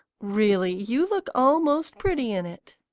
really, you look almost pretty in it.